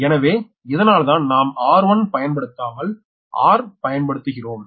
எனவே இதனால்தான் நாம் r1 பயன்படுத்தாமல் r பயன்படுத்துகிறோம்